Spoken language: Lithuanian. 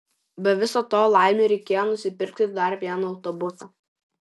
be viso to laimiui reikėjo nusipirkit dar vieną autobusą